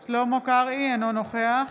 קרעי, אינו נוכח